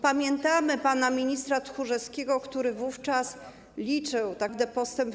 Pamiętamy pana ministra Tchórzewskiego, który wówczas liczył tak naprawdę postęp w